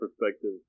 perspective